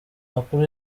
amakuru